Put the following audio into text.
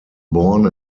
born